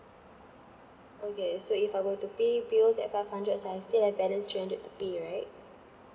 okay so if I were to pay bills at five hundred so I still have balance three hundred to pay right